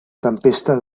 tempestes